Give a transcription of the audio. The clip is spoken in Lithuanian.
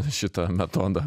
šitą metodą